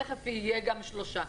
תיכף יהיו גם שלושה.